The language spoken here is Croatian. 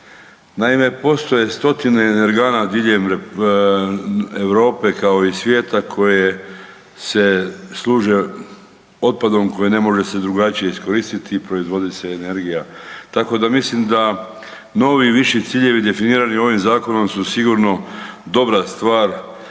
Naime, postoje stotine energana diljem Europe kao i svijeta koje se služe otpadom koji ne može se drugačije iskoristiti, proizvodi se energija. Tako da mislim da novi i viši ciljevi definirani ovim zakonom su sigurno dobra stvar koja